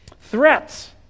Threats